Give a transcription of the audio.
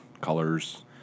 colors